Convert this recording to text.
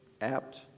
apt